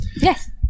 Yes